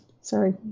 sorry